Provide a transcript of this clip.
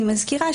אני מזכירה,